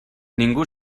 ningú